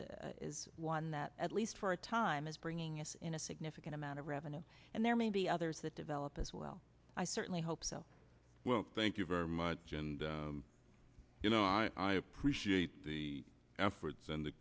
it is one that at least for a time is bringing us in a significant amount of revenue and there may be others that develop as well i certainly hope so well thank you very much and you know i appreciate the efforts and the